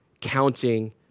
counting